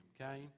okay